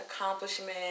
accomplishment